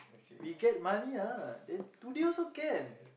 we get money ah then today also can